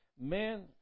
Men